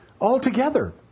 altogether